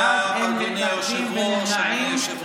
תודה, אדוני היושב-ראש.